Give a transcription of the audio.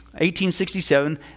1867